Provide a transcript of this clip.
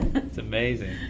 it's amazing.